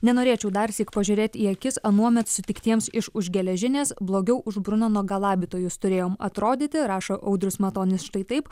nenorėčiau darsyk pažiūrėti į akis anuomet sutiktiems iš už geležinės blogiau už bruno nugalabytojus turėjom atrodyti rašo audrius matonis štai taip